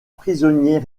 prisonniers